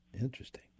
Interesting